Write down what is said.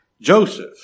Joseph